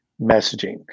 messaging